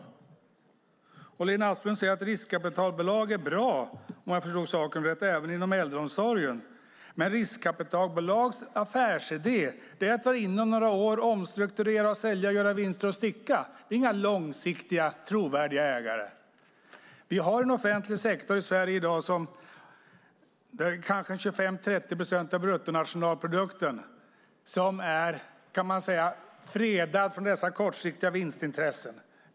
Lena Asplund säger, om jag förstått saken rätt, att riskkapitalbolag är bra även inom äldreomsorgen. Men riskkapitalbolagens affärsidé är att några år vara inne i en verksamhet och omstrukturera för att sedan sälja, göra vinster och sticka. Det är inte fråga om långsiktiga och trovärdiga ägare! I Sverige har vi i dag en offentlig sektor där kanske 25-30 procent av bruttonationalprodukten är, kan man säga, fredad från dessa kortsiktiga vinstintressen.